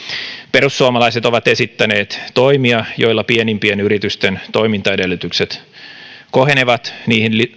perussuomalaiset ovat esittäneet toimia joilla pienimpien yritysten toimintaedellytykset kohenevat niihin